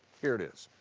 here it is.